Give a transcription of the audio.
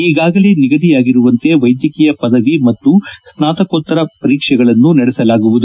ಈಗಾಗಲೇ ನಿಗದಿಯಾಗಿರುವಂತೆ ವೈದ್ಯಕೀಯ ಪದವಿ ಮತ್ತು ಸ್ನಾತಕೋತ್ತರ ಪರೀಕ್ಷೆಗಳನ್ನು ನಡೆಸಲಾಗುವುದು